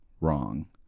wrong